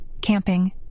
camping